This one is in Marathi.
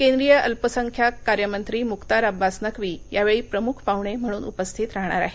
केंद्रीय अल्पसंख्याक कार्यमंत्री मुख्तार अब्बास नक्की या वेळी प्रमुख पाहणे म्हणून उपस्थित राहणार आहेत